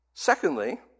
Secondly